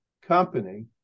company